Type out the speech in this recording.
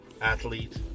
Athlete